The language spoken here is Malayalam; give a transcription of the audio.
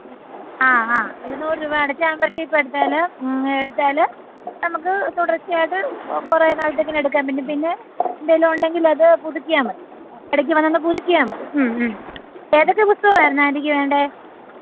ആ ആ ഇര്ന്നൂറ് രൂപ അടച്ച് മെമ്പർഷിപ്പെടുത്താൽ എടുത്താൽ നമുക്ക് തുടർച്ചയായിട്ട് കുറെ നാളത്തേക്ക് ഇനിയെടുക്കാം പിന്നെ എന്തെലുമുണ്ടെങ്കിലത് പുതുക്കിയാൽ മതി ഇടയ്ക്ക് വന്നൊന്ന് പുതുക്കിയാൽ മതി ഏതൊക്കെ പുസ്തകമായിരുന്നു ആൻ്റിക്ക് വേണ്ടത്